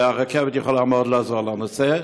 והרכבת יכולה מאוד לעזור בנושא.